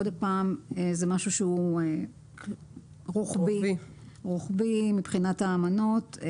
שוב, זה משהו שהוא רוחבי מבחינת האמנות.